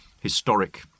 historic